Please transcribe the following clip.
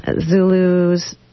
Zulu's